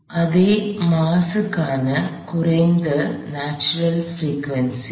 எனவே அதே மாஸ் க்கான குறைந்த நாட்சுரல் பிரிக்வேன்சி